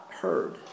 Heard